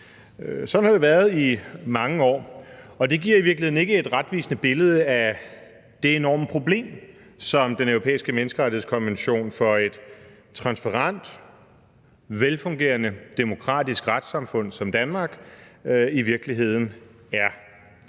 Sådan har det været i mange år, og det giver i virkeligheden ikke et retvisende billede af det enorme problem, som Den Europæiske Menneskerettighedskonvention for et transparent, velfungerende demokratisk retssamfund som Danmark i virkeligheden er.